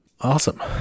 Awesome